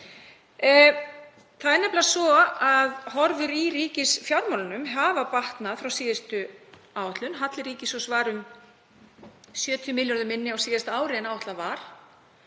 Það er nefnilega svo að horfur í ríkisfjármálunum hafa batnað frá síðustu áætlun. Halli ríkissjóðs var um 70 milljörðum minni á síðasta ári en áætlað var